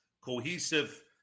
cohesive